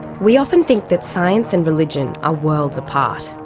we often think that science and religion are worlds apart.